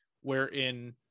wherein